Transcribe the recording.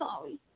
sorry